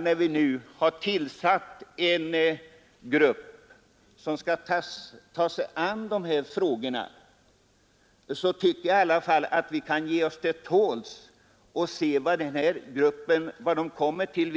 När vi nu har tillsatt en arbetsgrupp som har till uppgift att ta sig an dessa frågor, tycker jag vi kan ge oss till tåls och vänta på det resultat den kommer fram till.